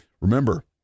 Remember